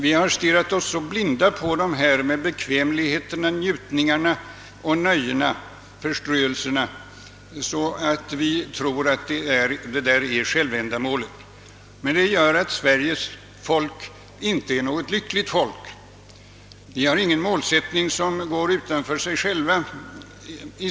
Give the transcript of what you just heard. Vi har stirrat oss så blinda på bekvämlighet, njutningar, nöjen och förströelser att vi tror att de är självändamål. Därför är Sveriges folk inte något lyckligt folk. Människorna här har ingen målsättning som går utanför dem själva.